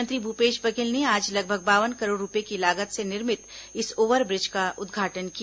मुख्यमंत्री भूपेश बघेल ने आज लगभग बावन करोड़ रूपये की लागत से निर्मित इस ओवरब्रिज का उदघाटन किया